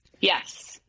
Yes